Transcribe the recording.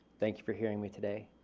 thank you for hearing me today.